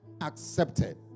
accepted